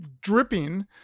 dripping